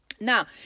Now